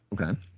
Okay